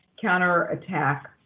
counterattack